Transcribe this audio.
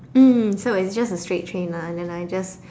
mm so it's just a straight train ah then I just